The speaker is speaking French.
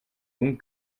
donc